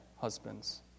husbands